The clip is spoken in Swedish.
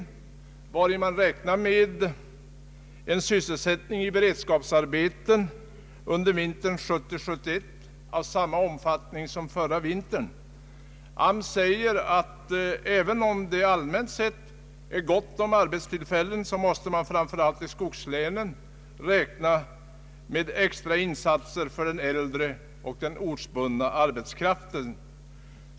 I skrivelsen räknar man med en sysselsättning i beredskapsarbeten under vintern 1970— 1971 av samma omfattning som förra vintern. Arbetsmarknadsstyrelsen säger att även om det allmänt sett är gott om arbetstillfällen, måste man framför allt i skogslänen räkna med extra insatser för den äldre och den ortsbundna arbetskraften.